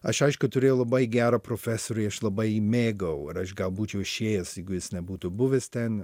aš aišku turėjau labai gerą profesorį aš labai jį mėgau ir aš gal būčiau išėjęs jeigu jis nebūtų buvęs ten